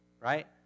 Right